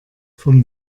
vom